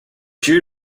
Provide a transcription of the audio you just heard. due